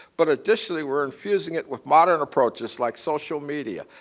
but additionally, we're infusing it with modern approaches like social media,